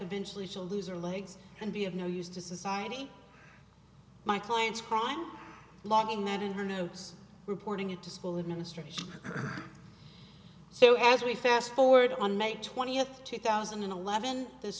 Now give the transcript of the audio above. eventually she'll lose her legs and be of no use to society my clients crime longing that in her notes reporting it to school administrators so as we fast forward on may twentieth two thousand and eleven this